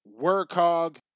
Workhog